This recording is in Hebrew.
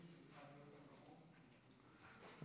אפשר להיות אחרון?